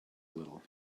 little